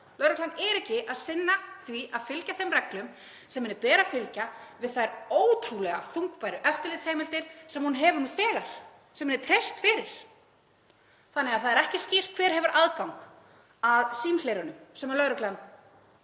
lögreglan er ekki að sinna því að fylgja þeim reglum sem henni ber að fylgja við þær ótrúlega þungbæru eftirlitsheimildir sem hún hefur nú þegar, sem henni er treyst fyrir. Þannig að það er ekki skýrt hver hefur aðgang að símhlerunum sem lögreglan